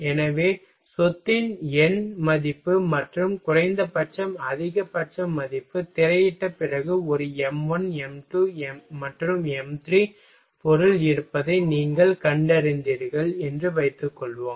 எனவே சொத்தின் எண் மதிப்பு மற்றும் குறைந்தபட்சம் அதிகபட்ச மதிப்பு திரையிட்ட பிறகு ஒரு m1 m2 மற்றும் m3 பொருள் இருப்பதை நீங்கள் கண்டறிந்தீர்கள் என்று வைத்துக்கொள்வோம்